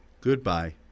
Goodbye